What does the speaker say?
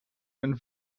een